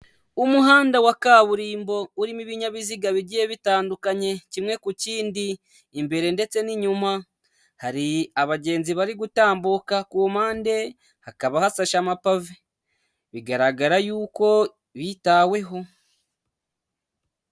Umuhanda wa kaburimbo urimo ibinyabiziga bigiye bitandukanye kimwe ku kindi, imbere ndetse n'inyuma, hari abagenzi bari gutambuka ku mpande hakaba hasashe amapave bigaragara yuko bitaweho.